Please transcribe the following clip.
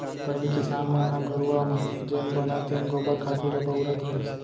पहिली किसान मन ह घुरूवा म जेन बनय तेन गोबर खातू ल बउरत रहिस